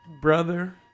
brother